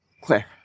Claire